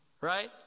right